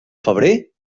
febrer